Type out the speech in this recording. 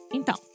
Então